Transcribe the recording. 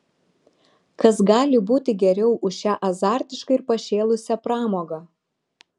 kas gali būti geriau už šią azartišką ir pašėlusią pramogą